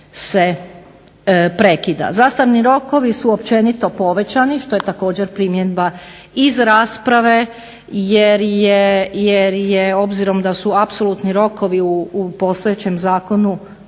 se prekida. Zastarni rokovi su općenito povećani, što je također primjedba iz rasprave jer je obzirom da su apsolutni rokovi u postojećem Zakonu